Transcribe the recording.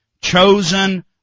chosen